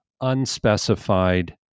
unspecified